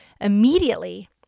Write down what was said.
Immediately